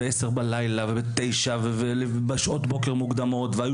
בעשר בלילה ובתשע ובשעות בוקר מוקדמות והיו